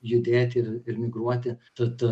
judėt ir ir migruoti tad